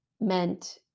meant